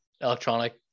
electronic